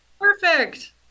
perfect